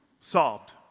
Solved